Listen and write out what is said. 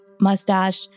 mustache